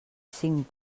cinc